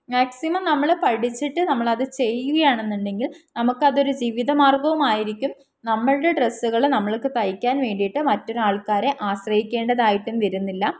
maximum നമ്മൾ പഠിച്ചിട്ട് നമ്മൾ അത് ചെയ്യുകയാണെന്ന് ഉണ്ടെങ്കിൽ നമുക്ക് അതൊരു ജീവിതമാർഗ്ഗവുമായിരിക്കും നമ്മളുടെ ഡ്രസ്സുകൾ നമ്മൾക്ക് തയ്ക്കാൻ വേണ്ടിയിട്ട് മറ്റൊരാൾക്കാരെ ആശ്രയിക്കേണ്ടതായിട്ടും വരുന്നില്ല